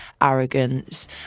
arrogance